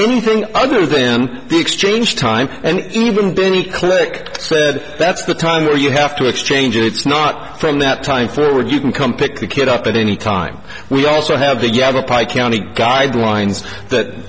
anything other than the exchange time and even denny click said that's the time where you have to exchange it's not from that time forward you can come pick the kid up at any time we also have the yeah the pike county guidelines that